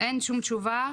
אין שום תשובה.